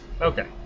Okay